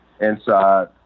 inside